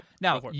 Now